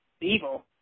evil